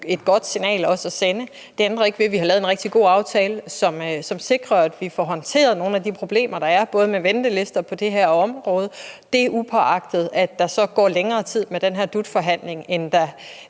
et godt signal at sende. Det ændrer ikke ved, at vi har lavet en rigtig god aftale, som sikrer, at vi får håndteret nogle af de problemer, der er, med ventelister på det her område – uagtet at der så går længere tid med den her DUT-forhandling, end man